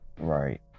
Right